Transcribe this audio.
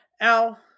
Al